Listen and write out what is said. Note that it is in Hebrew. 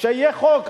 שיהיה חוק,